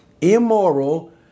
Immoral